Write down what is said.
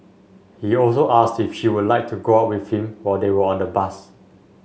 he also asked if she would like to go out with him while they were on the bus